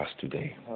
today